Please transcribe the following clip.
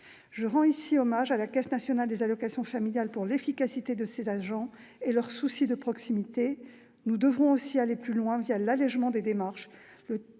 Je rends ici hommage à la Caisse nationale des allocations familiales pour l'efficacité de ses agents, leur souci de proximité, mais je souhaite que nous allions plus loin l'allégement des démarches,